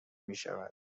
میشود